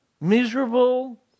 miserable